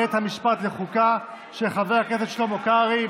בית המשפט לחוקה, של חבר הכנסת שלמה קרעי.